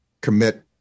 commit